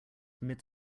mid